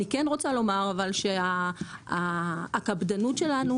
אני כן רוצה לומר שהקפדנות שלנו,